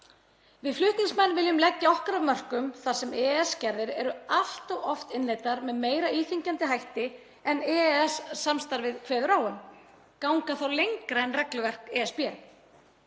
Við flutningsmenn viljum leggja okkar af mörkum þar sem EES-gerðir eru allt of oft innleiddar með meira íþyngjandi hætti en EES-samstarfið kveður á um. Það er gengið lengra en regluverk ESB.